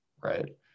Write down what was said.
right